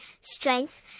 strength